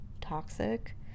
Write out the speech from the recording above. toxic